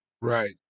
Right